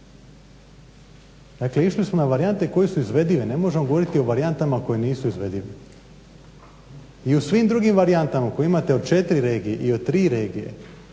Dakle, išli smo na varijante koje su izvedive, ne možemo govoriti o varijantama koje nisu izvedive. I u svim drugim varijantama koje imate od 4 regije i od 3 regije,